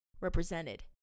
represented